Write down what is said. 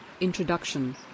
introduction